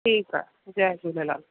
ठीकु आहे जय झूलेलाल